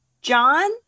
John